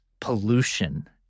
pollution